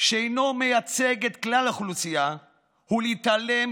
שאינו מייצג את כלל האוכלוסייה ולהתעלם